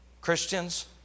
Christians